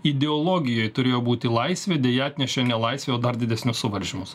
ideologijoj turėjo būti laisvė deja atnešė ne laisvę o dar didesnius suvaržymus